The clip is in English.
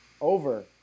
Over